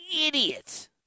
idiot